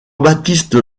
baptiste